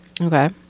Okay